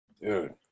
Dude